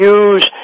use